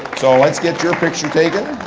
so let's get picture taken.